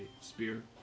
spear